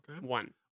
One